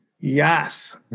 Yes